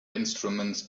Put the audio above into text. instruments